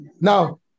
Now